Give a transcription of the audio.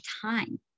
time